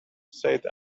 said